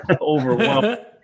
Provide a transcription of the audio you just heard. overwhelmed